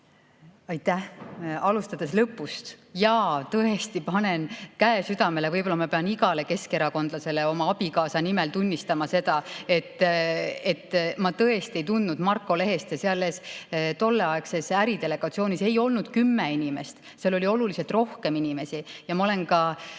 Aitäh! Alustades lõpust: jaa, tõesti, panen käe südamele. Võib-olla ma pean igale keskerakondlasele oma abikaasa nimel kinnitama seda, et ma tõesti ei tundnud Marko Lehest. Selles tolleaegses äridelegatsioonis ei olnud kümme inimest, seal oli oluliselt rohkem inimesi. Ma olen